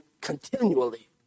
continually